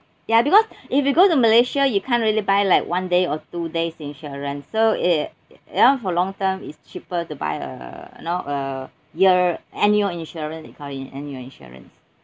ya because if you go to malaysia you can't really buy like one day or two days insurance so it you know for long term it's cheaper to buy uh you know uh year annual insurance they call it annual insurance